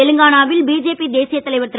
தெலுங்கானாவில் பிஜேபி தேசிய தலைவர் திரு